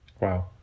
Wow